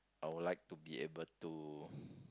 I would like to be able to